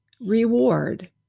reward